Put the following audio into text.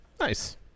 Nice